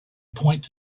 point